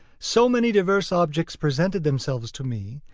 so many diverse objects presented themselves to me,